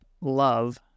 love